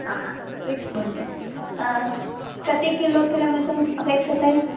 हा हा स्वीकुर्वन्तु हा कति किलोपरिमितम् अपेक्ष्यते